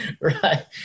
Right